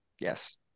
yes